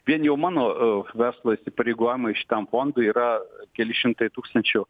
vien jau mano verslo įsipareigojimai šitam fondui yra keli šimtai tūkstančių